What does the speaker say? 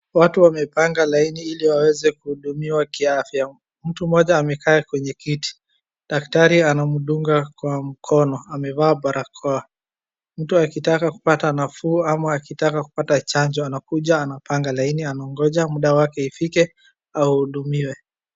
Watu wamepanga laini ili waweze wahudumiwe kiafya, mtu mmoja amekaa kwenye kiti, daktari anamdunga kwa mkono, amevaa barakoa. Mtu akitaka kupata nafuu au kupata chanjo anakuja anapanga laini akingoja muda wake ufike ahudumiwe.